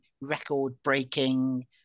record-breaking